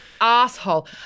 asshole